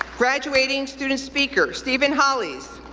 graduating student speaker steven hollies,